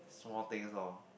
small things lor